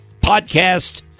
podcast